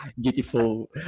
beautiful